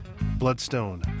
Bloodstone